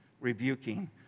rebuking